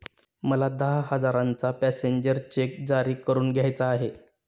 मला दहा हजारांचा पॅसेंजर चेक जारी करून घ्यायचा आहे